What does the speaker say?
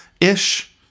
ish